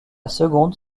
seconde